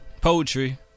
Poetry